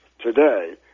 today